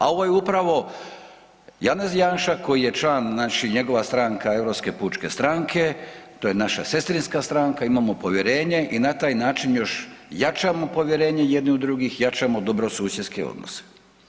A ovo je upravo Janez Janša koji je član znači njegova stranka Europske pučke stranke to je naša sestrinska stranka, imamo povjerenje i na taj način još jačamo povjerenje jedni u drugih, jačamo dobrosusjedske odnose.